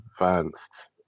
Advanced